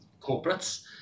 corporates